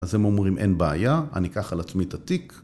אז הם אומרים אין בעיה, אני אקח על עצמי את התיק